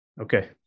Okay